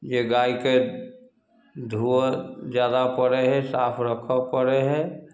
जे गाइके धुअऽ जादा पड़ै हइ साफ रखऽ पड़ै हइ